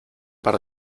par